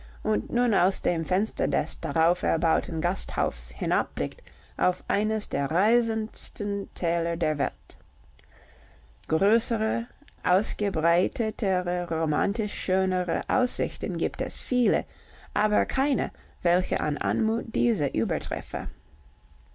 und nun aus dem fenster des darauf erbauten gasthofs hinabblickt auf eines der reizendsten täler der welt größere ausgebreitetere romantisch schönere aussichten gibt es viele aber keine welche an anmut diese überträfe